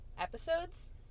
episodes